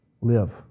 live